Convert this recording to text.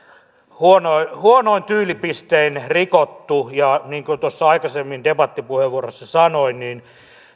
huonoin huonoin tyylipistein rikottu niin kuin tuossa aikaisemmin debattipuheenvuorossa sanoin